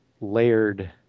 layered